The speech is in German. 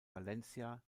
valencia